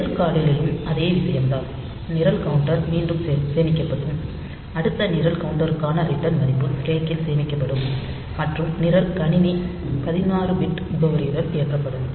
Lcall லிலும் அதே விஷயம் தான் நிரல் கவுண்டர் மீண்டும் சேமிக்கப்படும் அடுத்த நிரல் கவுண்டருக்கான ரிட்டர்ன் மதிப்பு ஸ்டேக் கில் சேமிக்கப்படும் மற்றும் நிரல் கணினி 16 பிட் முகவரியுடன் ஏற்றப்படும்